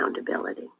accountability